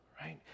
right